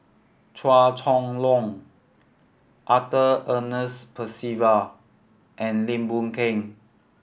Chua Chong Long Arthur Ernest Percival and Lim Boon Keng